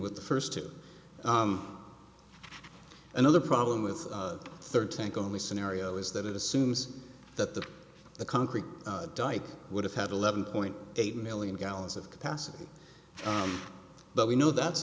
with the first tip another problem with the third tank only scenario is that it assumes that the concrete dike would have had eleven point eight million gallons of capacity but we know that's